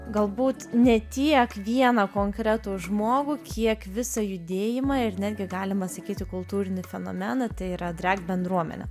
galbūt ne tiek vieną konkretų žmogų kiek visą judėjimą ir netgi galima sakyti kultūrinį fenomeną tai yra dreg bendruomenė